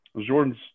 jordan's